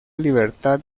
libertad